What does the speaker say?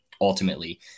ultimately